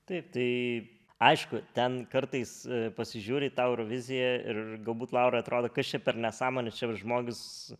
taip tai aišku ten kartais pasižiūri į tą euroviziją ir galbūt laurai atrodo kas čia per nesąmonė čia žmogus